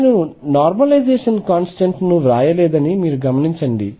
నేను normalisation constant ను వ్రాయలేదని గమనించండి